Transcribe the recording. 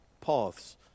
paths